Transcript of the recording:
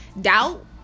doubt